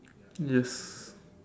yes